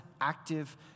active